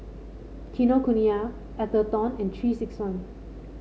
Kinokuniya Atherton and Three six one